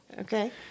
Okay